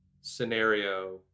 scenario